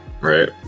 right